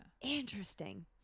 Interesting